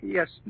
Yes